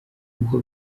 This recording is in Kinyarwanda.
ngo